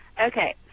Okay